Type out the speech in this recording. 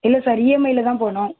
இல்லை சார் இஎம்ஐல தான் போடணும்